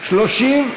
התשע"ז 2017,